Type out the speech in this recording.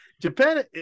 Japan